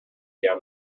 down